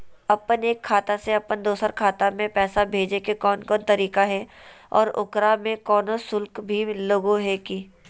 अपन एक खाता से अपन दोसर खाता में पैसा भेजे के कौन कौन तरीका है और ओकरा में कोनो शुक्ल भी लगो है की?